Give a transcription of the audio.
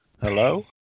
Hello